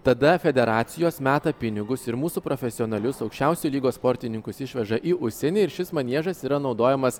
tada federacijos meta pinigus ir mūsų profesionalius aukščiausio lygio sportininkus išveža į užsienį ir šis maniežas yra naudojamas